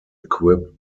equipped